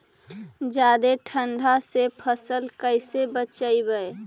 जादे ठंडा से फसल कैसे बचइबै?